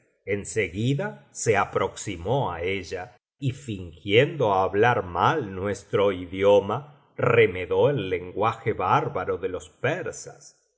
seguida se aproximó á ella y fingiendo hablar mal nuestro idioma remedó el lenguaje barbaro de los persas